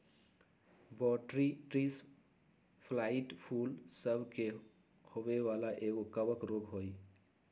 Botrytis blight फूल सभ के होय वला एगो कवक रोग हइ